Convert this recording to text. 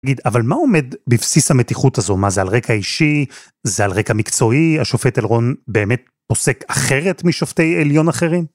אבל מה עומד בבסיס המתיחות הזו, מה זה על רקע אישי, זה על רקע מקצועי, השופט אלרון באמת פוסק אחרת משופטי עליון אחרים?